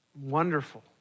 wonderful